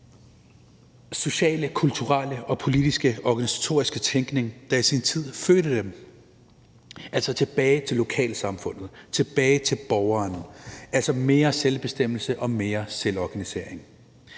sociale, kulturelle, politiske og organisatoriske tænkning, der i sin tid fødte dem, altså tilbage til lokalsamfundet, tilbage til borgeren, altså mere selvbestemmelse og mere selvorganisering.